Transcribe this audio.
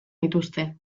dituzte